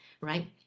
right